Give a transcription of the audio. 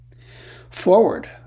Forward